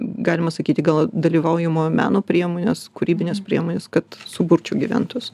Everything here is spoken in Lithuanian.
galima sakyti gal dalyvaujamojo meno priemonės kūrybinės priemonės kad suburčiau gyventojus